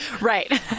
Right